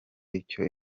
icyo